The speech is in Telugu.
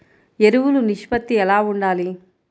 ఎరువులు నిష్పత్తి ఎలా ఉండాలి?